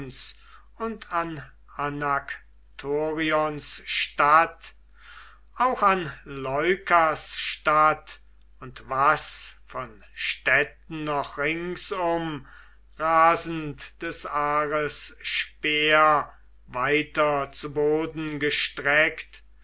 und an anaktorions statt auch an leukas statt und was von städten noch ringsum rasend des ares speer weiter zu boden gestreckt